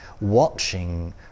watching